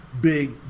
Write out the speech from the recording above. big